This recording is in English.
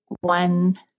one